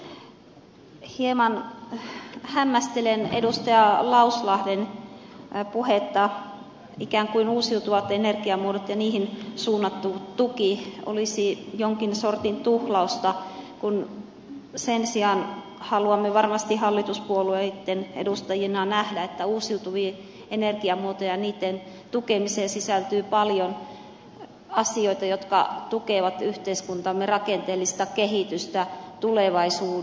hieman hämmästelen edustaja lauslahden puhetta ikään kuin uusiutuvat energiamuodot ja niihin suunnattu tuki olisivat jonkin sortin tuhlausta kun sen sijaan haluamme varmasti hallituspuolueitten edustajina nähdä että uusiutuviin energiamuotoihin ja niitten tukemiseen sisältyy paljon asioita jotka tukevat yhteiskuntamme rakenteellista kehitystä tulevaisuutta varten